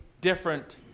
different